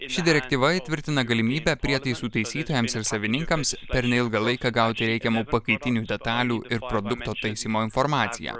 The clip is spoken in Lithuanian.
ir ši direktyva įtvirtina galimybę prietaisų taisytojams ir savininkams per neilgą laiką gauti reikiamų pakaitinių detalių ir produkto taisymo informaciją